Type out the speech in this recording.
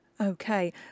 Okay